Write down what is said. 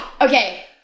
Okay